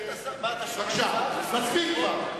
מספיק כבר.